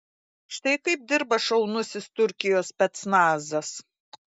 štai kaip dirba šaunusis turkijos specnazas